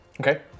Okay